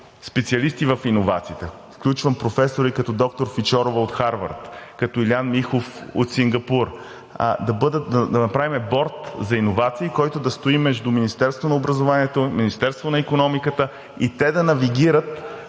специалисти в иновациите. Включвам професори като доктор Фичорова от Харвард, като Юлиан Михов от Сингапур. Да направим Борд за иновации, който да стои между Министерството на образованието, Министерството на икономиката, и те да навигират